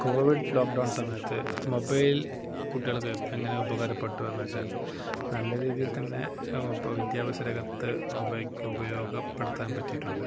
Covid lockdown സമയത്ത് mobile കുട്ടികൾക്ക് എങ്ങനെ ഉപകാരപ്പെട്ടു എന്നു വെച്ചാൽ നല്ല രീതിയിൽ തന്നെ ഇപ്പം വിദ്യാഭ്യാസ രംഗത്ത് ഉപയോഗി ഉപയോഗപ്പെടുത്താൻ പറ്റിയിട്ടുണ്ട്